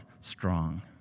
strong